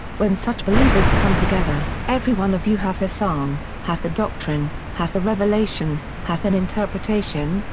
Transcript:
when such believers come together, everyone of you hath a psalm, hath a doctrine, hath a revelation, hath an interpretation',